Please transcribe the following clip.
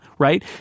right